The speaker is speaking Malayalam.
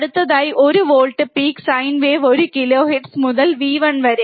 അടുത്തതായി ഒരു വോൾട്ട് പീക്ക് സൈൻ വേവ് ഒരു കിലോഹെർട്സ് മുതൽ V1 വരെ